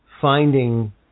finding